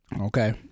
Okay